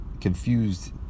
confused